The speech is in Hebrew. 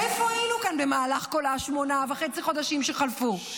איפה היינו כאן במהלך כל שמונה וחצי החודשים שחלפו?